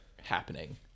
happening